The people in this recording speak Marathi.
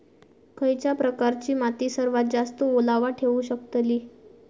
खयच्या प्रकारची माती सर्वात जास्त ओलावा ठेवू शकतली?